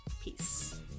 peace